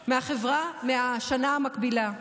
שלושה מהשנה המקבילה,